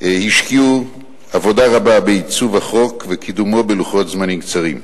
השקיעו עבודה רבה בעיצוב החוק ובקידומו בלוחות זמנים קצרים.